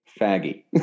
faggy